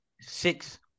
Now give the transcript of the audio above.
six